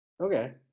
Okay